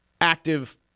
active